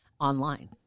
online